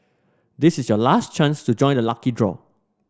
this is your last chance to join the lucky draw